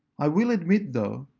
i will admit, though,